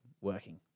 working